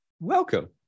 Welcome